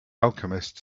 alchemist